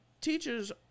teachers